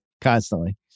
constantly